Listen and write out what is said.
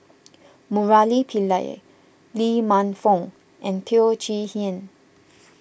Murali Pillai Lee Man Fong and Teo Chee Hean